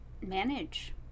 manage